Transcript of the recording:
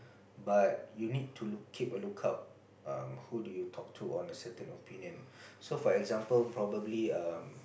but you need to look keep a look out um who do you talk to on a certain opinion so for example probably um